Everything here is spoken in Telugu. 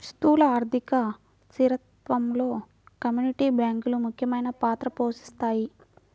స్థూల ఆర్థిక స్థిరత్వంలో కమ్యూనిటీ బ్యాంకులు ముఖ్యమైన పాత్ర పోషిస్తాయి